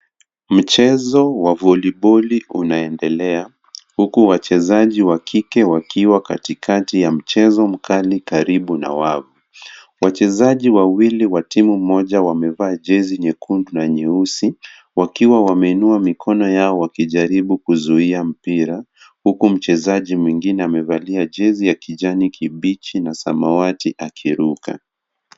Mchezo wa voliboli unaendelea huku wachezaji wa kike wakiwa katikati ya mchezo mkali karibu na wavu. Wachezaji wawili wa timu moja wamevaa jezi nyekundu na nyeusi wakiwa wameinua mikono yao wakijaribu kuzuia mpira huku mchezaji mwingine amevalia jezi ya kijani kibichi na samawati akiruka.